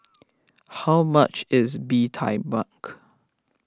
how much is Bee Tai Mak